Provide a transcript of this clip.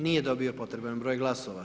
Nije dobio potreban broj glasova.